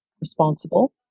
responsible